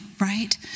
right